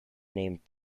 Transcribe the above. named